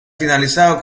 finalizado